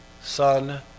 son